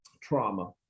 trauma